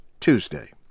Tuesday